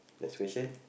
next question